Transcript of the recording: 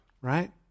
right